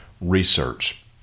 Research